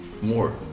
more